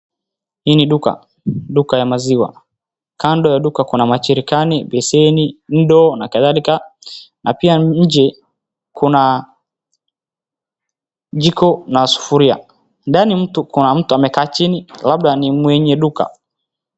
Hii ni duka. Duka ya maziwa. Kando ya duka kuna majerican, basin , ndoo na kadhalika na pia nje kuna jiko na sufuria. Ndani kuna mtu amekaa chini, labda ni mwenye duka.